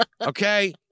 Okay